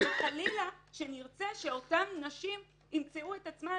חלילה שנרצה שאותן נשים ימצאו את עצמן